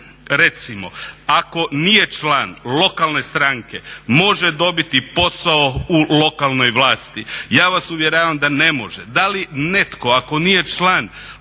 recimo ako nije član lokalne stranke može dobit posao u lokalnoj vlasti? Ja vas uvjeravam da ne može. Da li netko ako nije član lokalne stranke